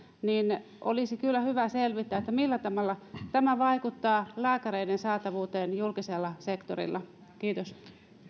niin olisi kyllä hyvä selvittää millä tavalla tämä vaikuttaa lääkäreiden saatavuuteen julkisella sektorilla kiitos